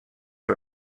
for